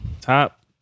Top